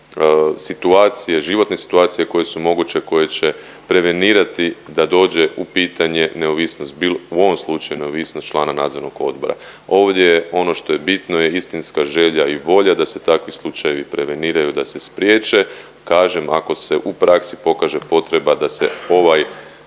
situacije, životne situacije koje su moguće i koje će prevenirati da dođe u pitanje neovisnost bilo, u ovom slučaju neovisnost člana nadzornog odbora. Ovdje je ono što je bitno je istinska želja i volja da se takvi slučajevi preveniraju, da se spriječe. Kažem ako se u praksi pokaže potreba da se ovaj